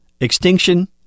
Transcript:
Extinction